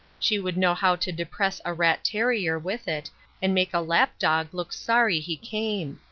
she would know how to depress a rat-terrier with it and make a lap-dog look sorry he came.